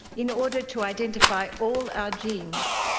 in order to identify all our genes.